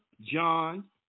John